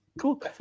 Cool